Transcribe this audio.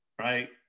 right